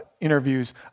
interviews